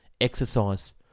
Exercise